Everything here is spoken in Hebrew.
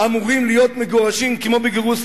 אמורים להיות מגורשים כמו בגירוש ספרד.